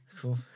Cool